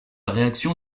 réaction